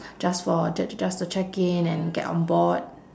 just for j~ just to check in and get on board